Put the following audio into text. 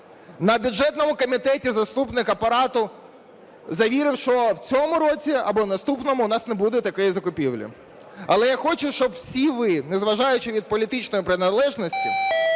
На бюджетному комітеті заступник Апарату завірив, що в цьому році або наступному у нас не буде такої закупівлі. Але я хочу, щоб всі ви, незважаючи від політичної приналежності,